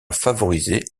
favoriser